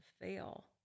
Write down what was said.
fail